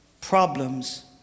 problems